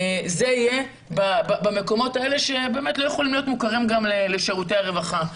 זה יהיה במקומות האלה שבאמת לא יכולים להיות מוכרים גם לשירותי הרווחה.